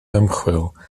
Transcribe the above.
ymchwil